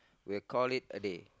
we'll call it a day